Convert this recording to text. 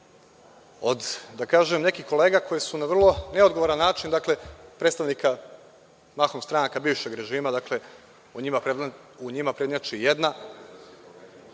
od, da kažem nekih kolega koji su na vrlo neodgovoran način, predstavnika, mahom predstavnika bivšeg režima, u njima prednjači jedna.I